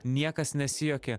niekas nesijuokė